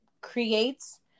creates